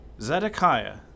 Zedekiah